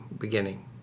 beginning